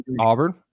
Auburn